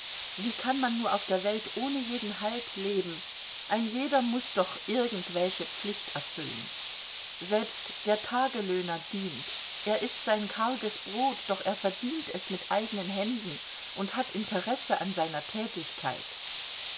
wie kann man nur auf der welt ohne jeden halt leben ein jeder muß doch irgendwelche pflicht erfüllen selbst der tagelöhner dient er ißt sein karges brot doch er verdient es mit eigenen händen und hat interesse an seiner tätigkeit